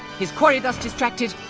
his quarry thus distracted,